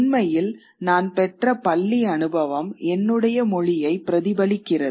உண்மையில் நான் பெற்ற பள்ளி அனுபவம் என்னுடைய மொழியை பிரதிபலிக்கிறது